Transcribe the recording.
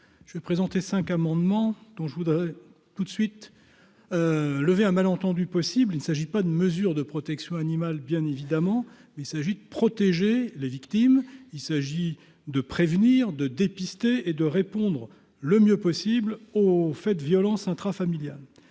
je vais présenter cinq amendements dont je voudrais tout de suite lever un malentendu possible : il s'agit pas de mesures de protection animale, bien évidemment, mais il s'agit de protéger les victimes, il s'agit de prévenir, de dépister et de répondre le mieux possible, au fait, violences intrafamiliales